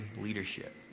leadership